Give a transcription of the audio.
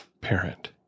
parent